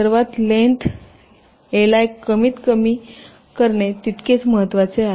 सर्वात लेन्थ ली कमीतकमी कमी करणे तितकेच महत्वाचे आहे